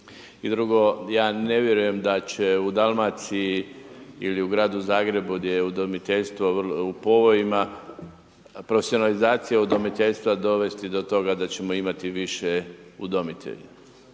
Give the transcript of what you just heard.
I drugo, ja ne vjerujem da će u Dalmaciji ili u Gradu Zagrebu gdje je udomiteljstvo u povojima, profesionalizacija udomiteljstva dovesti do toga da ćemo imati više udomitelja